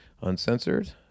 uncensored